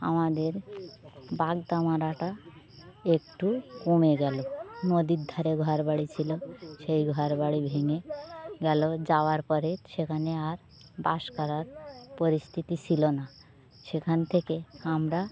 আমাদের বাগদা মারাটা একটু কমে গেল নদীর ধারে ঘরবাড়ি ছিল সেই ঘরবাড়ি ভেঙে গেল যাওয়ার পরে সেখানে আর বাস করার পরিস্থিতি ছিল না সেখান থেকে আমরা